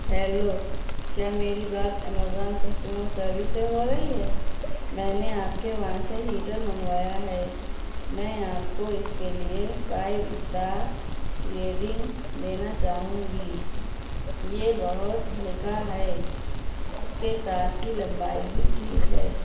hello کیا میری بات ایمیزون کسٹمر سروس سے ہو رہی ہے میں نے آپ کے وہاں سے ہیٹر منگوایا ہے میں آپ کو اس کے لیے فائیو اسٹار ریڈنگ دینا چاہوں گی یہ بہت ہلکا ہے اس کے تار کی لمبائی بھی ٹھیک ہے